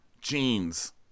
jeans